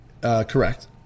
Correct